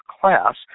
class